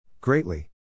Greatly